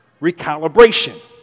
Recalibration